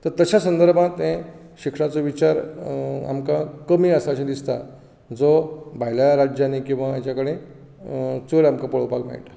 तर तश्या संदर्भांत हें शिक्षणाचो विचार आमकां कमी आसाशें दिसता जो भायल्या राज्यांनीं किंवां चड आमकां पळोवपाक मेळटा